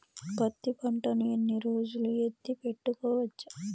పత్తి పంటను ఎన్ని రోజులు ఎత్తి పెట్టుకోవచ్చు?